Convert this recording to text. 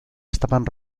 estaban